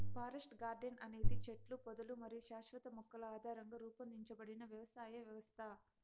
forest garden అనేది చెట్లు, పొదలు మరియు శాశ్వత మొక్కల ఆధారంగా రూపొందించబడిన వ్యవసాయ వ్యవస్థ